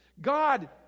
God